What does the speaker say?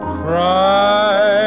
cry